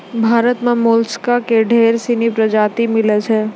भारतो में मोलसका के ढेर सिनी परजाती मिलै छै